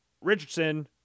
Richardson